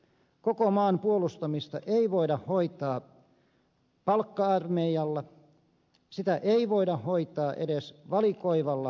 koko maan puolustamista ei voida hoitaa palkka armeijalla sitä ei voida hoitaa edes valikoivalla asevelvollisuudella